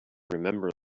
remember